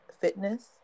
Fitness